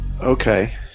Okay